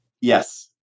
yes